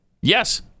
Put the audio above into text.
Yes